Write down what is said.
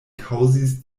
kaŭzis